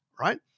right